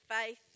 faith